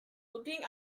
looking